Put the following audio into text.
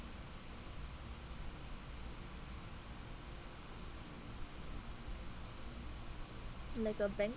like the banquet